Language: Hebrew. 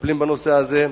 שמטפלים בנושא הזה.